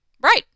Right